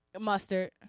Mustard